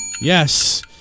Yes